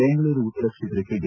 ಬೆಂಗಳೂರು ಉತ್ತರ ಕ್ಷೇತ್ರಕ್ಷೆ ಡಿ